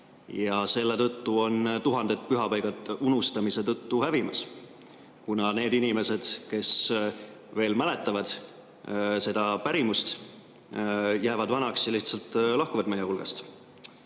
Selle tõttu on tuhanded pühapaigad unustamise tõttu hävimas, kuna need inimesed, kes veel mäletavad seda pärimust, jäävad vanaks ja lihtsalt lahkuvad meie hulgast.